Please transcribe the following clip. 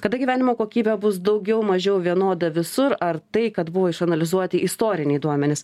kada gyvenimo kokybė bus daugiau mažiau vienoda visur ar tai kad buvo išanalizuoti istoriniai duomenys